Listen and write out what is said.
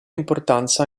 importanza